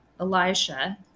Elijah